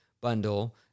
bundle